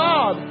God